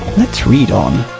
let's read on.